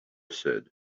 said